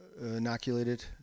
inoculated